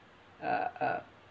uh uh